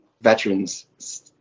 veterans